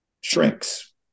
shrinks